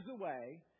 away